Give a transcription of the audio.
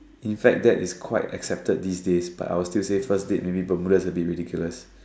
in fact that is quite accepted these days but I would still say first date maybe bermudas a bit ridiculous